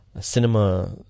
cinema